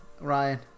Ryan